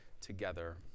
together